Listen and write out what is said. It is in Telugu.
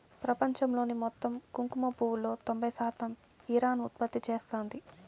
ప్రపంచంలోని మొత్తం కుంకుమ పువ్వులో తొంబై శాతం ఇరాన్ ఉత్పత్తి చేస్తాంది